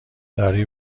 داری